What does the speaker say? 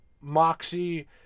moxie